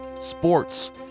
sports